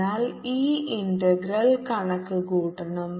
അതിനാൽ ഈ ഇന്റഗ്രൽ കണക്കുകൂട്ടണം